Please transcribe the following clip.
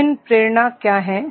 विभिन्न प्रेरणा क्या हैं